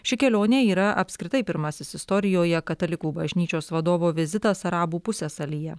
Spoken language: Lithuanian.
ši kelionė yra apskritai pirmasis istorijoje katalikų bažnyčios vadovo vizitas arabų pusiasalyje